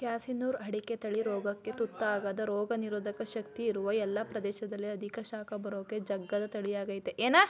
ಕ್ಯಾಸನೂರು ಅಡಿಕೆ ತಳಿ ರೋಗಕ್ಕು ತುತ್ತಾಗದ ರೋಗನಿರೋಧಕ ಶಕ್ತಿ ಇರುವ ಎಲ್ಲ ಪ್ರದೇಶದಲ್ಲಿ ಅಧಿಕ ಶಾಖ ಬರಕ್ಕೂ ಜಗ್ಗದ ತಳಿಯಾಗಯ್ತೆ